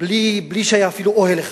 בלי שהיה אפילו אוהל אחד,